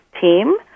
team